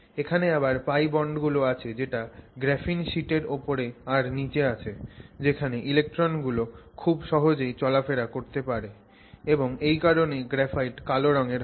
এখানে আবার π বন্ড গুলো আছে যেটা গ্রাফিন শিটের ওপরে আর নিচে আছে যেখানে ইলেক্ট্রন গুলো খুব সহজেই চলা ফেরা করতে পারে এবং এই কারনেই গ্রাফাইট কালো রঙের হয়